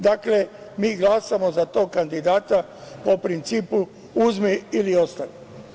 Dakle, mi glasamo za tog kandidata, po principu uzmi ili ostavi.